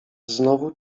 znowu